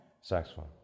Saxophone